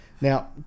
Now